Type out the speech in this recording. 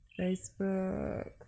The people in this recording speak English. Facebook